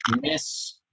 miss